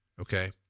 Okay